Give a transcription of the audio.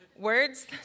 Words